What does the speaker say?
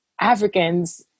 Africans